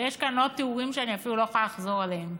ויש כאן עוד תיאורים שאני אפילו לא יכולה לחזור עליהם.